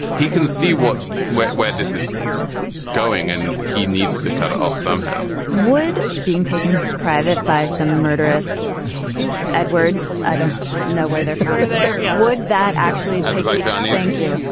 he can see what where where this is going and he needs to cut it off somehow would being take him private by some murderous edwards. i don't know where they're from are they. yeah. would that actually shahani thank you.